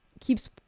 keeps